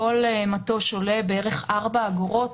כל מטוש עולה כ-4 אגורות,